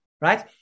right